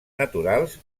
naturals